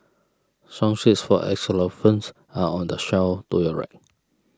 song sheets for xylophones are on the shelf to your right